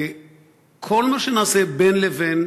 וכל מה שנעשה בין לבין